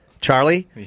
Charlie